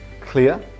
clear